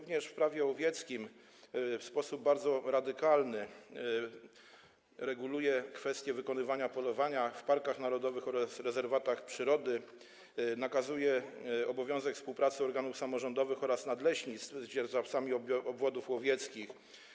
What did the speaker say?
W Prawie łowieckim w sposób bardzo radykalny reguluje się kwestie wykonywania polowania w parkach narodowych oraz rezerwatach przyrody, nakazuje się obowiązek współpracy organów samorządowych oraz nadleśnictw z dzierżawcami obwodów łowieckich.